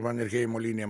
manerheimo linijom